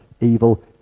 evil